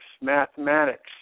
mathematics